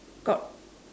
got